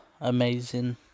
amazing